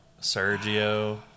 Sergio